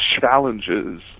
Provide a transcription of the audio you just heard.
challenges